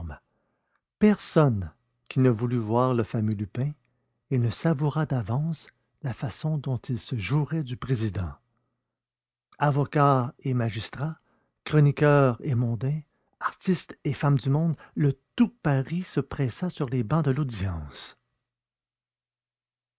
personne qui ne voulût voir le fameux arsène lupin et ne savourât d'avance la façon dont il se jouerait du président avocats et magistrats chroniqueurs et mondains artistes et femmes du monde le tout paris se pressa sur les bancs de l'audience